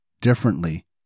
differently